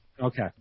Okay